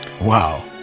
Wow